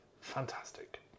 fantastic